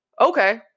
okay